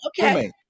okay